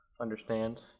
understand